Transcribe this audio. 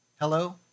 Hello